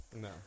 No